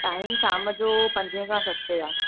time शाम जो पंजे खां सते आहे